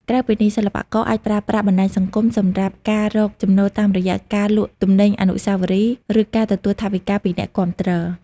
ក្រៅពីនេះ សិល្បករអាចប្រើប្រាស់បណ្ដាញសង្គមសម្រាប់ការរកចំណូលតាមរយៈការលក់ទំនិញអនុស្សាវរីយ៍ ឬការទទួលថវិកាពីអ្នកគាំទ្រ។